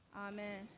Amen